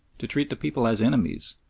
to treat the people as enemies,